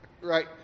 Right